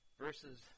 Verses